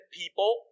people